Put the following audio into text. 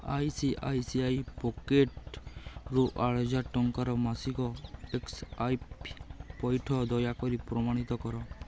I C I C I ପକେଟ୍ରୁ ଆଠହଜାର ଟଙ୍କାର ମାସିକ ଏସ୍ ଆଇ ପି ପଇଠ ଦୟାକରି ପ୍ରମାଣିତ କର